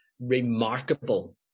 remarkable